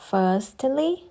Firstly